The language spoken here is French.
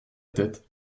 tête